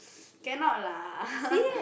cannot lah